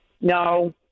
No